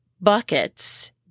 buckets